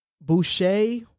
Boucher